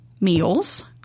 meals